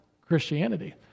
Christianity